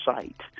site